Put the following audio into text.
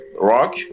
rock